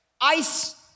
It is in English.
ice